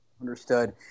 understood